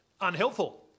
Unhelpful